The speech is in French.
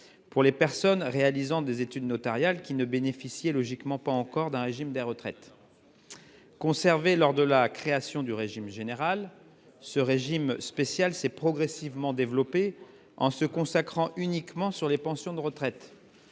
pour les personnes réalisant des études notariales qui ne bénéficiaient logiquement pas encore d'un régime de retraite. Conservé lors de la création du régime général, ce régime spécial s'est progressivement développé en se concentrant uniquement sur les pensions de retraite.